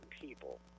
people